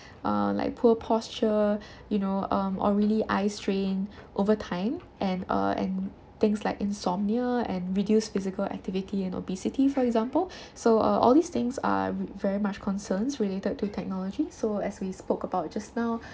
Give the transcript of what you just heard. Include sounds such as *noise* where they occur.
uh like poor posture you know um or really eye strain over time and uh and things like insomnia and reduced physical activity and obesity for example so uh all these things are very much concerns related to technology so as we spoke about just now *breath*